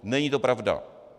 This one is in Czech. Není to pravda.